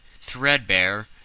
threadbare